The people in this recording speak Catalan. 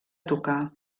tocar